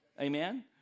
Amen